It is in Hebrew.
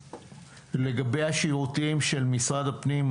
לגבי השירותים של משרד הפנים,